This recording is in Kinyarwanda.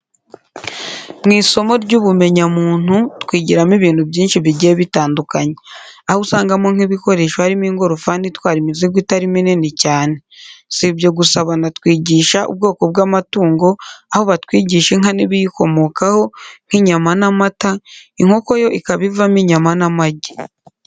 Mu isomo ry'ubumenyamuntu twigiramo ibintu byinshi bigiye bitandukanye. Aho usangamo nk'ibikoresho, harimo: ingorofani itwara imizigo itari minini cyane. Sibyo gusa banatwigisha ubwoko bw'amatungo aho batwigisha inka n'ibiyikomokaho nk'inyama n'amata, inkoko yo ikaba ivamo inyama n'amagi.